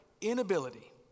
inability